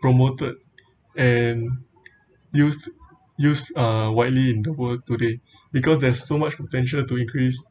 promoted and used used uh widely in the world today because there's so much potential to increase